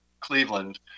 Cleveland